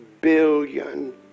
billion